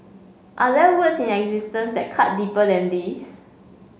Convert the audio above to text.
are there words in existence that cut deeper than these